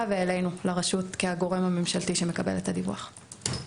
ואלינו לרשות כגורם הממשלתי שמקבל את הדיווח.